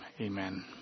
amen